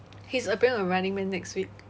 he's appearing on running man next week